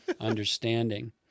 Understanding